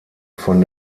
von